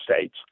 states